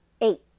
eight